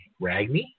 Ragney